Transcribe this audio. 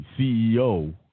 CEO